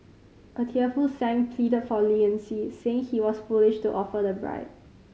a tearful Sang pleaded for leniency saying he was foolish to offer the bribe